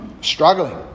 struggling